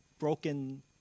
broken